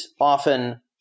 often